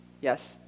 Yes